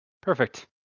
Perfect